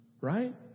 Right